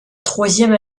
troisième